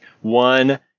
one